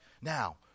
Now